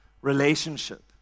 relationship